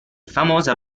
famosa